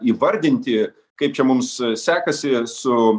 įvardinti kaip čia mums sekasi su